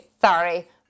Sorry